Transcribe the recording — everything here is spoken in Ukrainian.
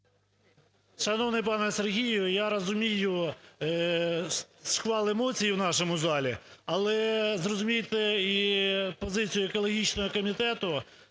Шановний пане Сергію, я розумію шквал емоцій у нашому залі, але зрозумійте і позицію екологічного комітету.